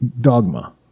dogma